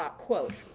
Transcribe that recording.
ah quote,